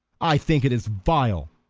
i think it is vile,